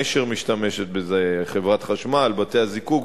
"נשר" משתמשת בזה, חברת החשמל, בתי-הזיקוק.